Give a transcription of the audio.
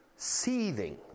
seething